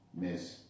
miss